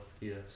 yes